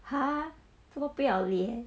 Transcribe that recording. !huh! 这么不要脸